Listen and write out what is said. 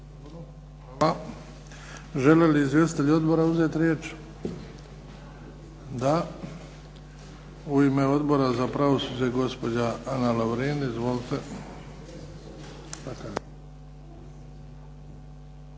(HDZ)** Žele li izvjestitelji odbora uzeti riječ? DA. U ime Odbora za pravosuđe, gospođa Ana Lovrin. Izvolite.